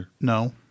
No